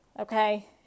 okay